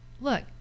look